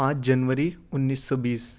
پانچ جنوری انیس سو بیس